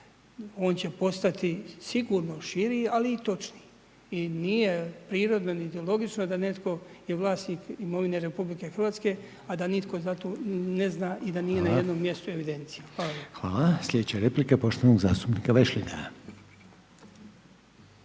On će postati sigurno širi, ali i točniji. I nije prirodno i logično, da netko je vlasnik imovine RH, a da nitko za to ne zna i da nije na jednom mjestu evidencija. Hvala lijepo. **Reiner, Željko